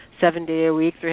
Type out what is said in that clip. seven-day-a-week